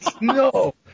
no